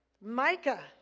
Micah